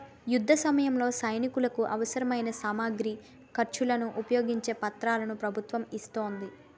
యుద్ధసమయంలో సైనికులకు అవసరమైన సామగ్రిని, ఖర్చులను ఉపయోగించే పత్రాలను ప్రభుత్వం ఇస్తోంది